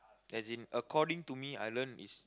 as in according to me I learn is